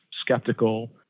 skeptical